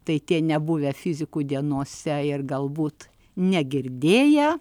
tai tie nebuvę fizikų dienose ir galbūt negirdėję